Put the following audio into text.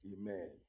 Amen